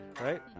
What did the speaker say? right